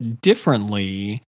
differently